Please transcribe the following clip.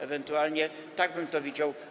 Ewentualnie tak bym to widział.